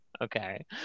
Okay